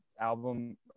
album